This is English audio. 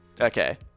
Okay